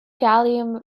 gallium